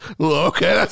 Okay